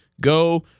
Go